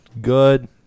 Good